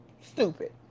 stupid